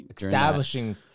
Establishing